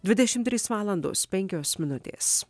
dvidešim trys valandos penkios minutės